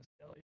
Kelly